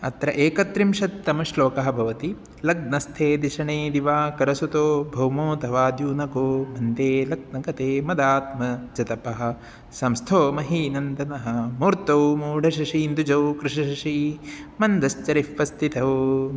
अत्र एकत्रिंशत्तमश्लोकः भवति लग्नस्थे दिशणे दिवाकरसुतौ भौमो धवाद्यूनगो अन्ते लग्नगते मदात्मजतपः संस्थो महीनन्दनः मूर्तौ मूडशशीन्दुजौ कृषशशी मन्दश्चरिः पस्थितौ